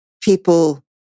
people